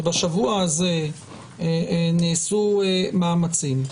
ובשבוע הזה נעשו מאמצים.